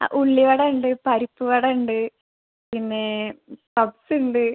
അ ഉള്ളിവട ഉണ്ട് പരിപ്പുവട ഉണ്ട് പിന്നെ പപ്പ്സുണ്ട്